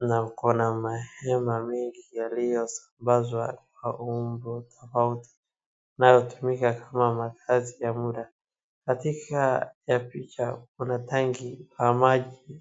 na uko na mahema mengi yaliosambazwa kwa umbo tofauti inayotumika kama makazi ya muda, katika hio picha kuna tangi ya maji.